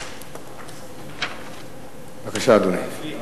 בבקשה, אדוני.